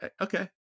okay